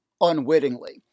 unwittingly